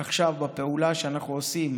עכשיו, בפעולה שאנחנו עושים